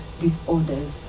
disorders